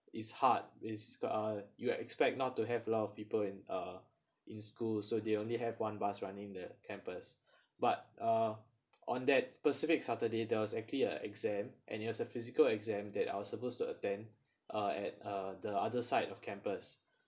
it's hard it's uh you are expect not to have a lot of people in uh in school so they only have one bus running the campus but uh on that specific saturday there was actually a exam and it was a physical exam that I was supposed to attend uh at uh the other side of campus